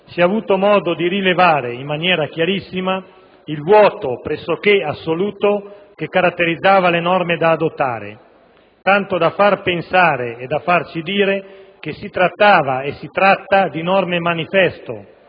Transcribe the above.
si è avuto modo di rilevare in maniera chiarissima il vuoto pressoché assoluto che caratterizzava le norme da adottare, tanto da far pensare e da farci dire che si trattava e si tratta di norme-manifesto,